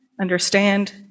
understand